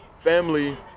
Family